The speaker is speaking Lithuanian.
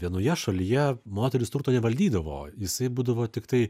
vienoje šalyje moterys turto nevaldydavo jisai būdavo tiktai